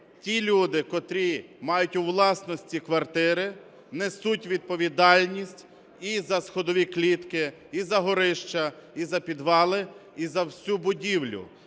ті люди, котрі мають у власності квартири, несуть відповідальність і за сходові клітки, і за горища, і за підвали, і за всю будівлю.